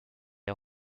est